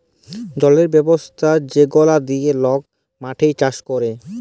জলের ব্যবস্থা যেগলা দিঁয়ে লক মাঠে চাষ ক্যরে